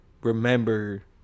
remember